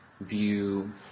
view